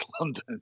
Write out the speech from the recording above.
London